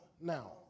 now